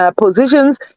positions